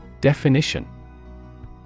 Definition